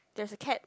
there's a cat